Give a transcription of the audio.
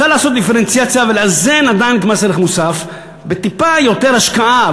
אפשר לעשות דיפרנציאציה ולאזן עדיין את מס הערך המוסף בטיפה יותר השקעה,